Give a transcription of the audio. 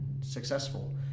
successful